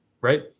right